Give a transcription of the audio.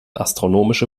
astronomische